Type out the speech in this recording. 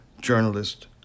journalist